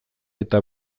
eta